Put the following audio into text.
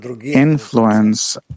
influence